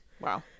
wow